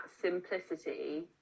simplicity